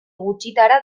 gutxitara